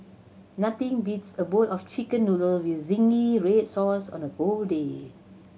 nothing beats a bowl of Chicken Noodle with zingy red sauce on a cold day